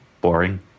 boring